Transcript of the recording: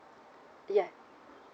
ya